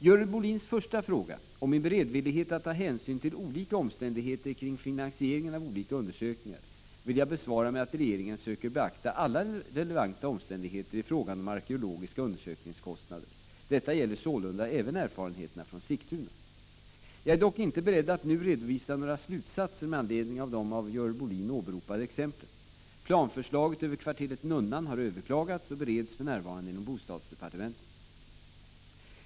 Görel Bohlins första fråga, om min beredvillighet att ta hänsyn till olika omständigheter kring finansieringen av olika undersökningar, vill jag besvara med att regeringen söker beakta alla relevanta omständigheter i fråga om kostnader för arkeologiska undersökningar. Det gäller sålunda även erfarenheterna från Sigtuna. Jag är dock inte beredd att nu redovisa några slutsatser med anledning av de av Görel Bohlin åberopade exemplen. Planförslaget över kvarteret Nunnan har överklagats och bereds för närvarande inom bostadsdepartementet.